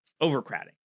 overcrowding